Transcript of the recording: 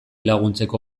laguntzeko